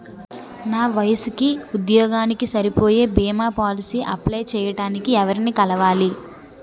నా వయసుకి, ఉద్యోగానికి సరిపోయే భీమా పోలసీ అప్లయ్ చేయటానికి ఎవరిని కలవాలి?